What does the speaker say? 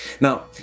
Now